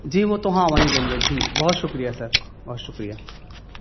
جی وہ تو ہاں وہیں دیں گے ٹھیک بہت شکریہ سر بہت شکریہ